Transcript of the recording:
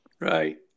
Right